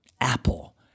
apple